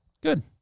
Good